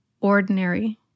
ordinary